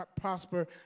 prosper